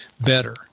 better